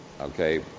okay